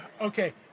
Okay